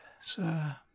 sir